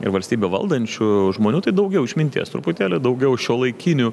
ir valstybę valdančių žmonių tai daugiau išminties truputėlį daugiau šiuolaikinių